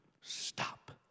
stop